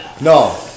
No